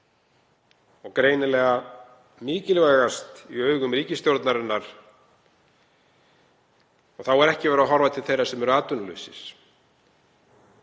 og greinilega mikilvægast í augum ríkisstjórnarinnar, og þá er ekki verið að horfa til þeirra sem eru atvinnulausir,